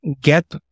get